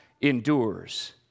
endures